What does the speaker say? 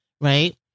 right